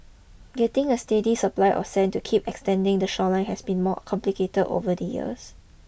getting a steady supply of sand to keep extending the shoreline has been more complicated over the years